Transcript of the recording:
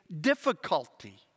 difficulty